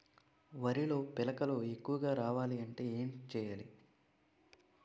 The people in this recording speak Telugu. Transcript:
వరిలో పిలకలు ఎక్కువుగా రావాలి అంటే ఏంటి చేయాలి?